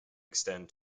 extend